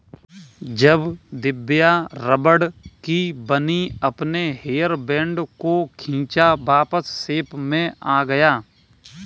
जब दिव्या रबड़ की बनी अपने हेयर बैंड को खींचा वापस शेप में आ गया